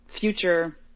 future